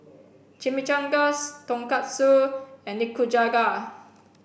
Chimichangas Tonkatsu and Nikujaga